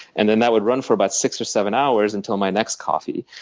and then that would run for about six or seven hours until my next coffee.